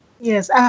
Yes